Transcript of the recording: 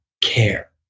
care